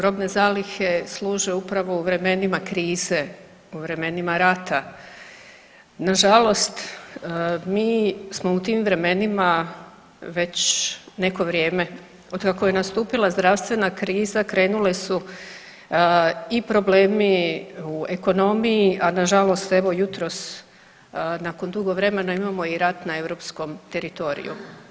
Robne zalihe služe upravo u vremenima krize, u vremenima rata, nažalost mi smo u tim vremenima već neko vrijeme, od kako je nastupila zdravstvena kriza krenule su i problemi u ekonomiji, a nažalost evo jutros nakon dugo vremena imamo i rat na europskom teritoriju.